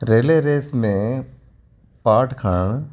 रेले race में पाट खणण